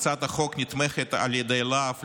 הצעת החוק נתמכת על ידי לה"ב,